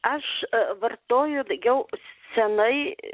aš vartoju jau seniai